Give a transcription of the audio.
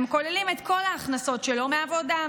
הם כוללים את כל ההכנסות שלו: מהעבודה,